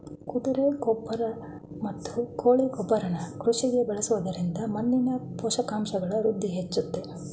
ಕುದುರೆ ಗೊಬ್ರ ಮತ್ತು ಕೋಳಿ ಗೊಬ್ರನ ಕೃಷಿಗೆ ಬಳಸೊದ್ರಿಂದ ಮಣ್ಣಿನ ಪೋಷಕಾಂಶಗಳ ಸಮೃದ್ಧಿ ಹೆಚ್ಚುತ್ತೆ